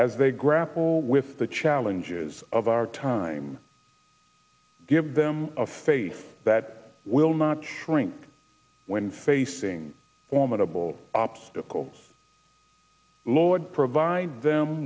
as they grapple with the challenges of our time give them a face that will not shrink when facing formidable obstacles lord provide them